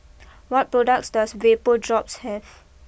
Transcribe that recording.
what products does Vapodrops have